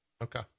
Okay